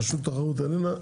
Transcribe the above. רשות התחרות איננה,